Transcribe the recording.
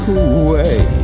away